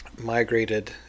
migrated